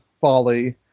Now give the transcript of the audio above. folly